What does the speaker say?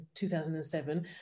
2007